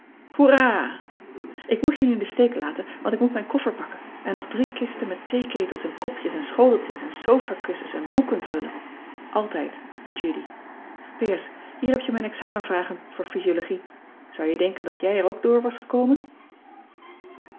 oera k moet je nu in den steek laten want ik moet mijn koffer pakken en nog drie kisten met theeketels en kopjes en schoteltjes en sofakussens en boeken vullen ltijd e udy ier heb je mijn examenvragen voor hysiologie ou je denken dat jij er ook door was gekomen